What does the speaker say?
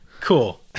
Cool